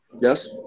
Yes